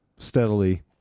steadily